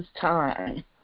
time